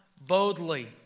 boldly